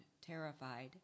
terrified